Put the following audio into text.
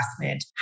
investment